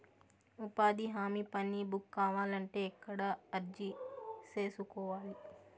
ఉపాధి హామీ పని బుక్ కావాలంటే ఎక్కడ అర్జీ సేసుకోవాలి?